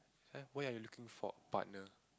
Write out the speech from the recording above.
why are you looking for partner